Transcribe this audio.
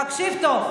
תקשיב טוב,